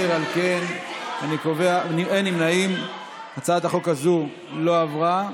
אשר על כן, אני קובע שהצעת החוק הזאת לא עברה.